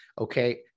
Okay